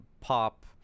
pop